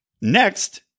next